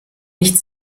nicht